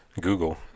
Google